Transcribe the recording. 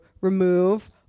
remove